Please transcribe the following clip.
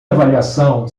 avaliação